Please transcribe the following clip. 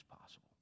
possible